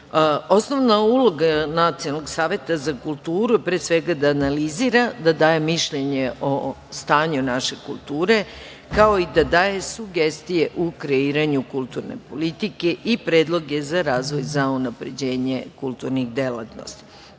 kulture. Osnovna uloga Nacionalnog saveta za kulturu je pre svega da analizira, da daje mišljenje o stanju naše kulture, kao i da daje sugestije u kreiranju kulturne politike i predloge za razvoj za unapređenje kulturnih delatnosti.